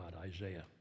Isaiah